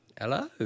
Hello